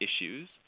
issues